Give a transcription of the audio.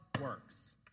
works